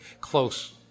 close